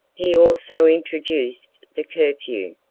he also introduced the curfew,